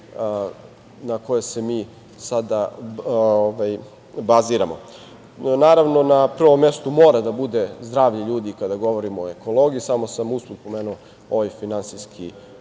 na koje se mi sada baziramo. Naravno, na prvom mestu mora da bude zdravlje ljudi kada govorimo o ekologiji. Samo sam usput pomenuo ovaj finansijski